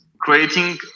creating